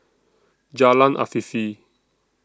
Jalan Afifi